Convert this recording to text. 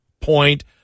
point